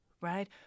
right